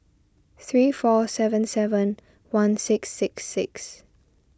three four seven seven one six six six